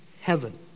heaven